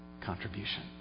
contribution